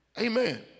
Amen